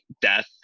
death